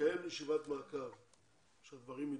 לקיים ישיבת מעקב כדי לראות שהדברים מתבצעים.